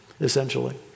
essentially